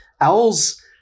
Owls